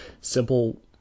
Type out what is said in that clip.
simple